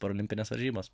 parolimpines varžybas